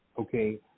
okay